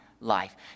life